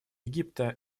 египта